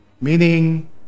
Meaning